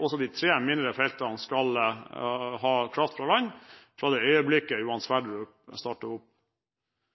også de tre mindre feltene skal ha kraft fra land fra det øyeblikket Johan Sverdrup starter opp.